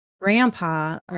grandpa